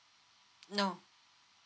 no